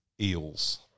Eels